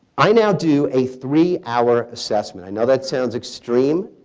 i now do a three hour assessment. i know that sounds extreme.